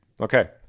Okay